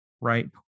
right